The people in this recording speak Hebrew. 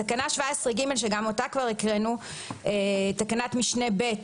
בתקנה 17ג, שגם אותה כבר הקראנו, תקנת משנה ב,